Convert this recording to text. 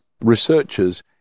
researchers